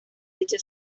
dicha